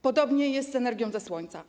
Podobnie jest z energią ze słońca.